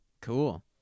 Cool